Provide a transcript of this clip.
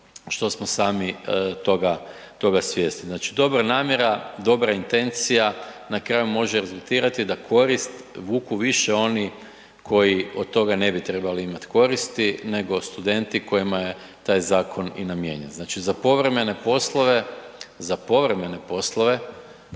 što smo sami toga svjesni. Znači, dobra namjera, dobra intencija, na kraju može rezultirati da korist vuku više oni koji od toga ne bi trebali imati koristi nego studenti kojima je taj zakon i namijenjen. Znači za povremene poslove, za povremene poslove,